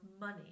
money